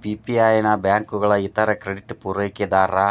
PPI ನ ಬ್ಯಾಂಕುಗಳ ಇತರ ಕ್ರೆಡಿಟ್ ಪೂರೈಕೆದಾರ